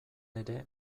ere